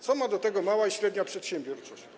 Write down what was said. Co ma do tego mała i średnia przedsiębiorczość?